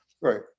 right